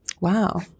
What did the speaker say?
Wow